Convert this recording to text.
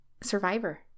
Survivor